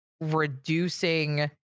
reducing